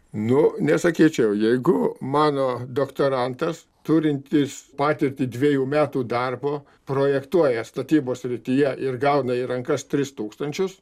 nu nesakyčiau jeigu mano doktorantas turintis patirtį dviejų metų darbo projektuoja statybos srityje ir gauna į rankas tris tūkstančius